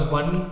one